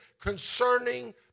concerning